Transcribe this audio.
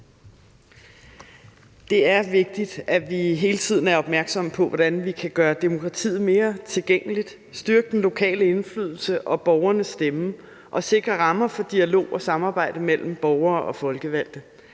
Det er vigtigt, at vi hele tiden er opmærksomme på, hvordan vi kan gøre demokratiet mere tilgængeligt, styrke den lokale indflydelse og borgernes stemme og sikre rammer for dialog og samarbejde mellem borgere og folkevalgte.